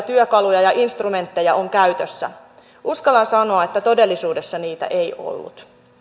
työkaluja ja ja instrumentteja on käytössä uskallan sanoa että todellisuudessa niitä ei ollut